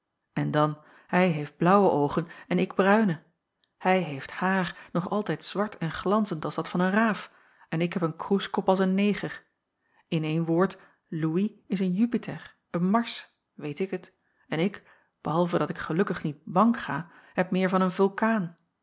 en dan hij heeft blaauwe oogen en ik bruine hij heeft haar nog altijd zwart en glanzend als dat van een raaf en ik heb een kroeskop als een neger in een woord louis is een jupiter een mars weet ik het en ik behalve dat ik gelukkig niet mank ga heb meer van een vulkaan